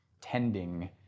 tending